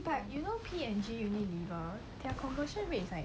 eh you know right P&G unit their conversation rate is like